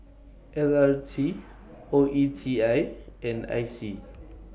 L R T O E T I and I C